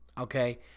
Okay